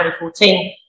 2014